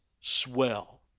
swell